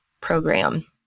program